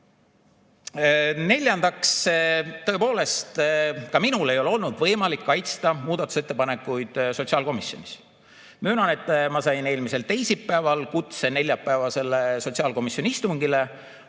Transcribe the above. tegema. Neljandaks, tõepoolest, ka minul ei ole olnud võimalik kaitsta muudatusettepanekuid sotsiaalkomisjonis. Möönan, et ma sain eelmisel teisipäeval kutse neljapäevasele sotsiaalkomisjoni istungile,